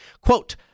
Quote